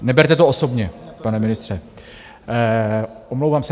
Neberte to osobně, pane ministře, omlouvám se.